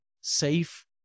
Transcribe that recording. safe